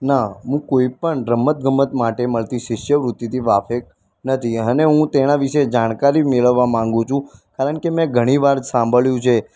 ના હું કોઈપણ રમતગમત માટે મળતી શિષ્યવૃત્તિથી વાકેફ નથી અને હું તેના વિશે જાણકારી મેળવવા માગુ છું કારણકે મેં ઘણી વાર સાંભળ્યું છે